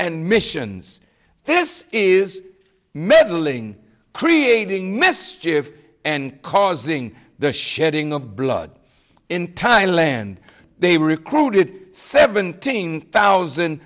and missions this is meddling creating mischief and causing the shedding of blood in thailand they recruited seventeen thousand